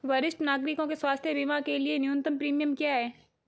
वरिष्ठ नागरिकों के स्वास्थ्य बीमा के लिए न्यूनतम प्रीमियम क्या है?